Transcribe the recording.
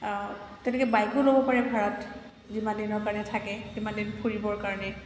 তেনেকৈ বাইকো ল'ব পাৰে ভাড়াত যিমান দিনৰ কাৰণে থাকে সিমান দিন ফুৰিবৰ কাৰণে